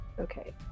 Okay